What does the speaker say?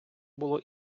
було